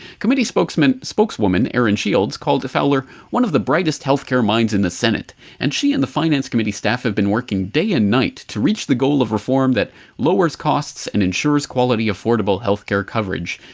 committee spokeswoman spokeswoman erin shields called fowler one of the brightest health care minds in the senate and she and the finance committee staff have been working day and night to reach the goal of reform that lowers costs and ensures quality affordable health care coverage,